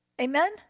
Amen